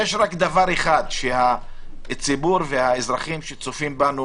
יש רק דבר אחד שהציבור והאזרחים שצופים בנו